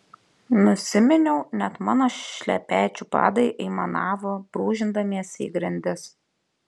nusiminiau net mano šlepečių padai aimanavo brūžindamiesi į grindis